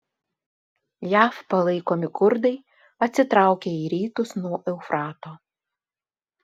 jav palaikomi kurdai atsitraukė į rytus nuo eufrato